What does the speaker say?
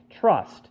trust